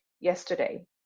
yesterday